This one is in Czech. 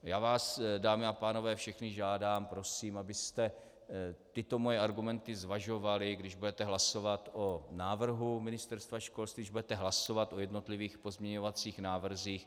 Já vás, dámy a pánové, všechny žádám, prosím, abyste tyto moje argumenty zvažovali, když budete hlasovat o návrhu Ministerstva školství, když budete hlasovat o jednotlivých pozměňovacích návrzích.